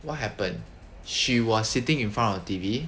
what happen she was sitting in front of the T_V